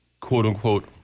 quote-unquote